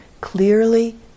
clearly